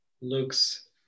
looks